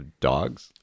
dogs